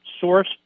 source